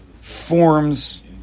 forms